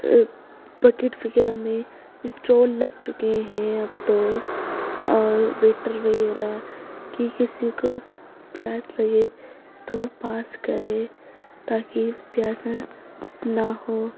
packet وغیرہ میں stall لگ چکے ہیں اب تو اور ویٹر وغیرہ کی کسی کو پیاس لگے تو وہ پاس کرے تاکہ پیاسا نہ ہو